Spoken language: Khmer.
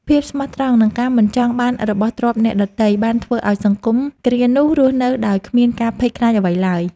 ភាពស្មោះត្រង់ និងការមិនចង់បានរបស់ទ្រព្យអ្នកដទៃ បានធ្វើឱ្យសង្គមគ្រានោះរស់នៅដោយគ្មានការភ័យខ្លាចអ្វីឡើយ។